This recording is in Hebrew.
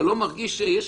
אתה לא מרגיש שיש